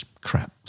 crap